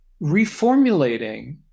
reformulating